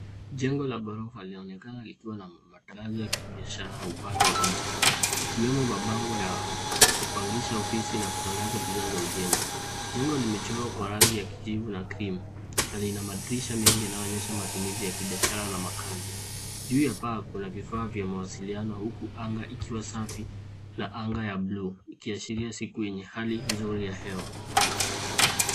Jengo la gorofa linaonekana likuwa na matangazo la kibiashara upande wa inje. Ikiwemo mabango ya kupangisha ofisi na kutangaza bidhaa za ujenzi. Jengo limechorwa kwa rangi ya kijivu na krimu na liinamadrisha mingi na inayoonyesha matumizi ya kibiashara na makazi. Juu ya paa kuna vifaa vya mawasiliano huku anga ikiwa safi na anga ya bluu, ikiashiria siku yenye hali nzuri ya hewa.